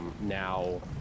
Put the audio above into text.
now